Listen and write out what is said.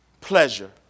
pleasure